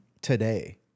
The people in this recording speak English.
today